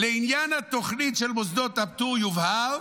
לעניין התוכנית של מוסדות הפטור יובהר